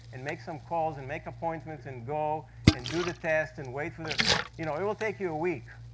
and make some calls, and make appointments, and go and do the test, and wait for the you know it will take you a week.